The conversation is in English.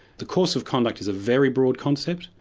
the course of conduct is a very broad concept,